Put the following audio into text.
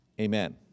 Amen